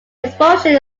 exposure